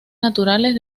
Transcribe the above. naturales